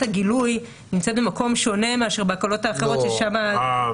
הגילוי נמצאת במקום שונה מאשר בהקלות האחרות ששם לגבי --- לא,